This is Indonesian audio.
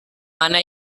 mana